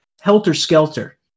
helter-skelter